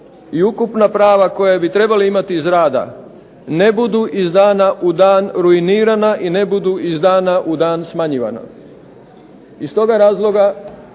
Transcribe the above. i ukupna prava koja bi trebali imati iz rad ne budu iz dana u dan ruinirana i ne budu iz dana u dan smanjivana. Iz toga razloga